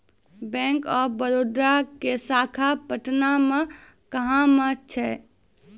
Bank of Baroda के शाखा पटना मे कहां मे छै?